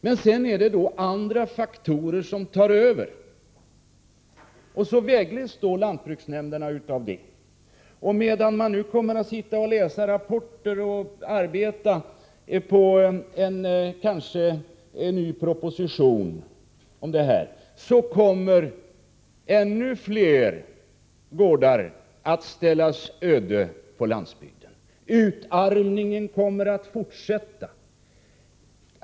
Men sedan tar andra faktorer över och lantbruksnämnderna vägleds av dem. Och medan regeringen nu kommer att läsa rapporter och arbeta på en ny proposition i detta ärende kommer ännu fler gårdar att ställas öde på landsbygden. Utarmningen kommer att fortsätta.